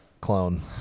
clone